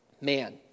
man